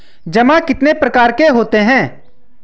जमा कितने प्रकार के होते हैं?